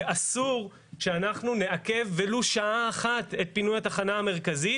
ואסור שאנחנו נעכב ולו שעה אחת את פינוי את התחנה המרכזית